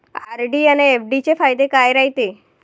RD अन FD चे फायदे काय रायते?